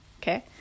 okay